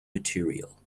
material